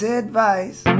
advice